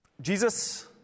Jesus